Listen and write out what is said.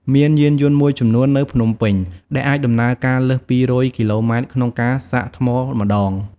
មានយានយន្តមួយចំនួននៅភ្នំពេញ ដែលអាចដំណើរការលើស ២០០ គីឡូម៉ែត្រក្នុងការសាកថ្មម្ដង។